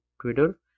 Twitter